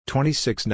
Twenty-six